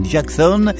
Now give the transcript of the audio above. Jackson